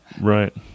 Right